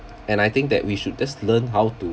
and I think that we should just learn how to